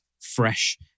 fresh